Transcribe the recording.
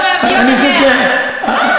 אני חושב שהדברים,